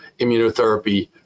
immunotherapy